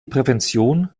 prävention